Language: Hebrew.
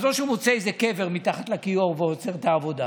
אז או שהוא מוצא איזה קבר מתחת לכיור ועוצר את העבודה